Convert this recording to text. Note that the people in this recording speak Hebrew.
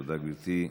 תודה, גברתי.